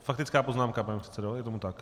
Faktická poznámka, pane předsedo, je tomu tak?